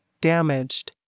damaged